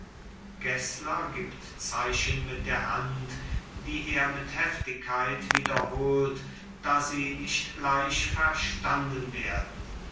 gessler gibt zeichen mit der hand die er mit heftigkeit wiederholt da sie nicht gleich verstanden werden